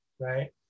Right